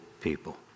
people